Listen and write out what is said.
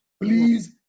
please